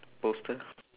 poster